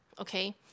Okay